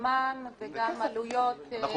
זמן וגם עלויות להתאמה.